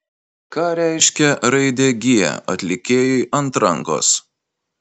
ką reiškia raidė g atlikėjui ant rankos